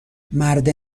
مرد